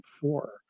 four